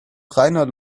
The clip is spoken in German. reiner